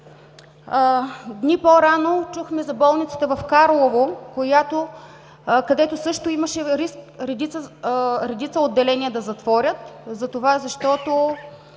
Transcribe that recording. Дни по-рано чухме за болницата в Карлово, където също имаше риск редица отделения да затворят, защото